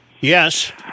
Yes